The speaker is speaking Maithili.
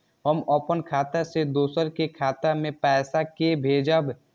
हम अपन खाता से दोसर के खाता मे पैसा के भेजब?